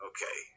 Okay